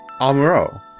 Amuro